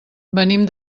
venim